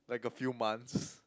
like a few months